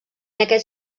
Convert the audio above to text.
aquest